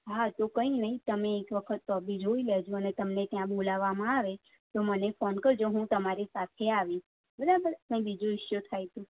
હા તો કંઈ નહીં તમે એક વખત તો બી જોઈ લેજો અને તમને ત્યાં બોલાવવામાં આવે તો મને ફોન કરજો હું તમારી સાથે આવીશ બરાબર કંઈ બીજો ઈશ્યુ થાય તો